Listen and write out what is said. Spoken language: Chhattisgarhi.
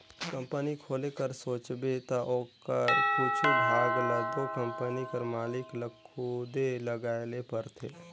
कंपनी खोले कर सोचबे ता ओकर कुछु भाग ल दो कंपनी कर मालिक ल खुदे लगाए ले परथे